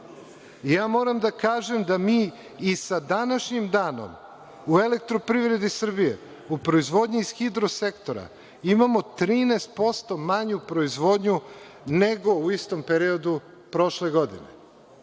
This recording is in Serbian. Moram da kažem da mi i sa današnjim danom u „Elektroprivredi“ Srbije u proizvodnji iz hidrosektora imamo 13% manju proizvodnju nego u istom periodu prošle godine.